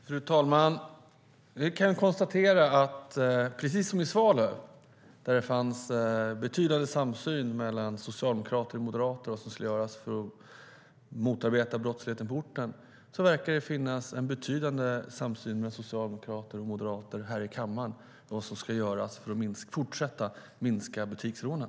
Fru talman! Jag kan konstatera att precis som i Svalöv, där det finns en betydande samsyn mellan socialdemokrater och moderater om vad som ska göras för att motarbeta brottsligheten på orten, verkar det finnas en betydande samsyn mellan socialdemokrater och moderater här i kammaren om vad som ska göras för att fortsätta minska butiksrånen.